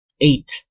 Eight